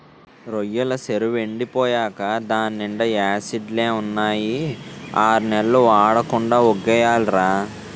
రొయ్యెల సెరువెండి పోయేకా దాన్నీండా యాసిడ్లే ఉన్నాయని ఆర్నెల్లు వాడకుండా వొగ్గియాలిరా